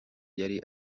yari